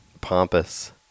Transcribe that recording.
pompous